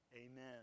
Amen